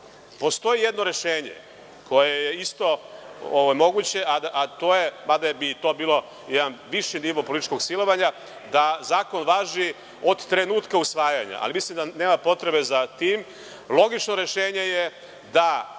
Vlada. Postoji jedno rešenje koje je moguće, mada bi to bio jedan viši nivo političkog silovanja, da zakon važi od trenutka usvajanja, ali mislim da nema potrebe za tim. Logično rešenje je da